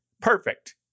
Perfect